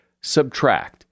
Subtract